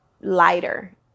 lighter